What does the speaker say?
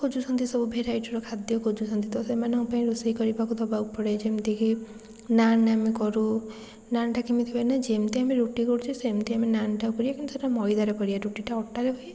ଖୋଜୁଛନ୍ତି ସବୁ ଭାରାଇଟିର ଖାଦ୍ୟ ଖୋଜୁଛନ୍ତି ତ ସେମାନଙ୍କ ପାଇଁ ରୋଷେଇ କରିବାକୁ ଦେବାକୁ ପଡ଼େ ଯେମିତିକି ନାନ୍ ଆମେ କରୁ ନାନ୍ଟା କେମିତି ହୁଏନା ଯେମିତି ଆମେ ରୋଟି କରୁଛେ ସେମତି ଆମେ ନାନ୍ଟା କରିବା କିନ୍ତୁ ଆମେ ମଇଦାରେ କରିବା ରୁଟିଟା ଅଟାରେ ହୁଏ